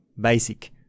basic